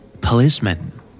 Policeman